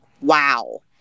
Wow